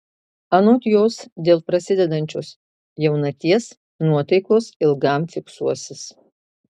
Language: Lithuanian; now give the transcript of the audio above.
anot jos dėl prasidedančios jaunaties nuotaikos ilgam fiksuosis